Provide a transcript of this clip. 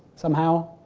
somehow.